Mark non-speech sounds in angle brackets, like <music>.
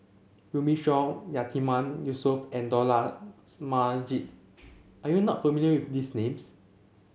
Runme Shaw Yatiman Yusof and Dollah <unintelligible> Majid are you not familiar with these names